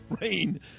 rain